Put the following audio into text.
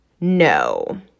no